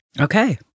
Okay